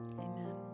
amen